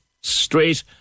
Straight